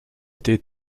été